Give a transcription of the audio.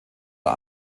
der